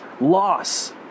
loss